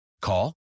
Call